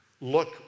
look